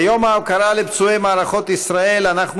ביום ההוקרה לפצועי מערכות ישראל אנחנו